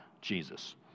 Jesus